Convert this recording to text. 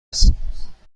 هستم